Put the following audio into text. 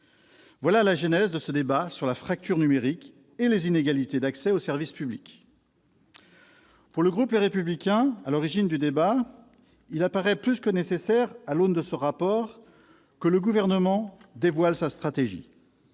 Voilà la genèse de ce débat sur la fracture numérique et les inégalités d'accès aux services publics. Pour le groupe Les Républicains, qui en est à l'origine, il paraît plus que nécessaire, à l'aune de ce rapport, que le Gouvernement dévoile sa stratégie.